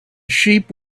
sheep